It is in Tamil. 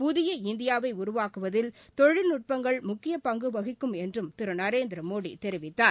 புதிய இந்தியாவை உருவாக்குவதில் தொழில்நுட்பங்கள் முக்கிய பங்கு வகிக்கும் என்றும் திரு நரேந்திர மோடி தெரிவித்தார்